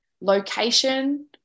location